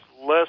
less